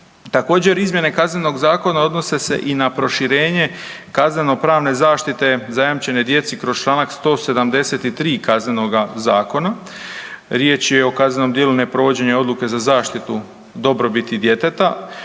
Također izmjene KZ-a odnose se i na proširenje kaznenopravne zaštite zajamčene djeci kroz čl. 173. KZ-a, riječ je o kaznenom djelu neprovođenja odluke za zaštitu dobrobiti djeteta